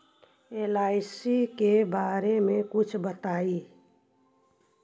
LIC के बारे मे कुछ बताई?